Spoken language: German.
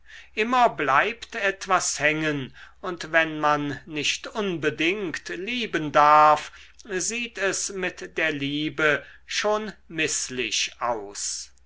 immer bleibt etwas hängen und wenn man nicht unbedingt lieben darf sieht es mit der liebe schon mißlich aus